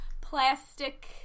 plastic